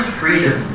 freedom